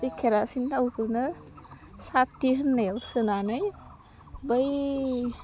बे केरासिन थावखौनो साथि होननायाव सोनानै बै